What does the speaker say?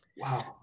Wow